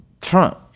Trump